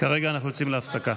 כרגע אנחנו יוצאים להפסקה.